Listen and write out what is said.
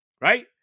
right